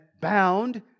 bound